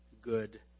good